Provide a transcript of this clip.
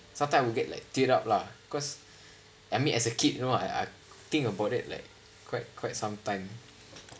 sometime I will get like teared up lah cause I mean as a kid you know I I think about it like quite quite some time